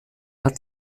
hat